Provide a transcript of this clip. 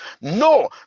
No